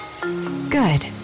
Good